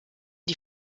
die